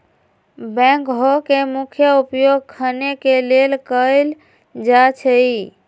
backhoe के मुख्य उपयोग खने के लेल कयल जाइ छइ